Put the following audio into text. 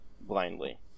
blindly